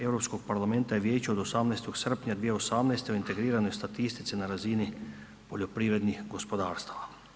Europskog parlamenta i Vijeća od 18. srpnja 2018. u integriranoj statistici na razini poljoprivrednih gospodarstava.